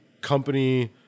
company